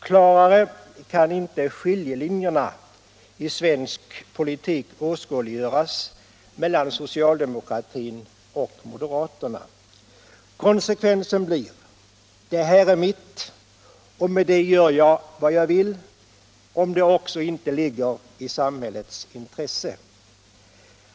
Klarare kan inte skiljelinjerna i svensk politik mellan socialdemokratin och moderaterna åskådliggöras. Konsekvensen blir: Det här är mitt och med det gör jag vad jag vill, om det också inte ligger i samhällets intresse.